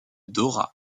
dora